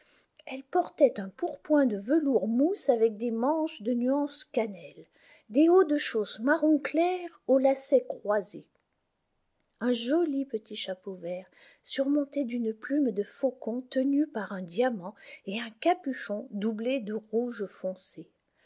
elle portait un pourpoint de velours mousse avec des manches de nuance cannelle des hauts de chausses marron clair aux lacets croisés un joli petit chapeau vert surmonté d'une plume de faucon tenue par un diamant et un capuchon doublé de rouge foncé